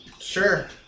Sure